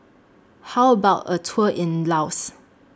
How about A Tour in Laos